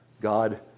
God